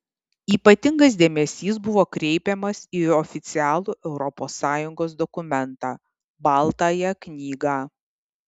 ypatingas dėmesys buvo kreipiamas į oficialų europos sąjungos dokumentą baltąją knygą